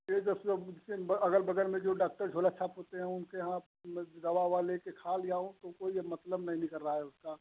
यह जो सर अगल बगल में जो डॉक्टर झोलाछाप होते हैं उनके यहाँ दवा उवा लेकर खा लिया हूँ तो कोई अब मतलब नहीं निकल रहा है उसका